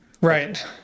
Right